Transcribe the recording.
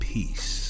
Peace